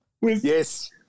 Yes